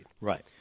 Right